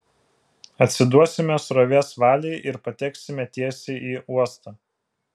atsiduosime srovės valiai ir pateksime tiesiai į uostą